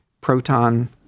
proton